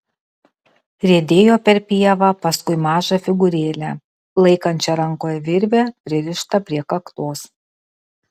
riedėjo per pievą paskui mažą figūrėlę laikančią rankoje virvę pririštą prie kaktos